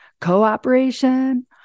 cooperation